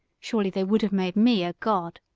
surely they would have made me a god!